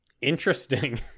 Interesting